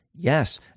Yes